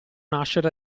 nascere